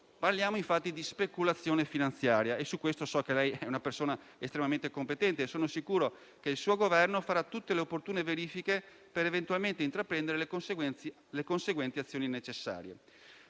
parliamo infatti di speculazione finanziaria e su questo so che lei è una persona estremamente competente. Sono sicuro che il suo Governo farà tutte le opportune verifiche per intraprendere eventualmente le conseguenti azioni necessarie.